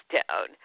town